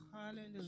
Hallelujah